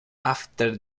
after